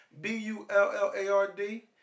B-U-L-L-A-R-D